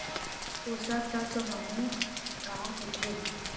पोसक तत्व माने का होथे?